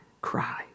cry